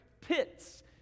pits